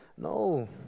No